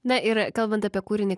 na ir kalbant apie kūrinį